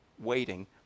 waiting